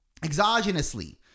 exogenously